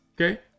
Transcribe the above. Okay